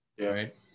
right